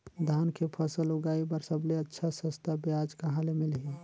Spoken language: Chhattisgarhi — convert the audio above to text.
धान के फसल उगाई बार सबले अच्छा सस्ता ब्याज कहा ले मिलही?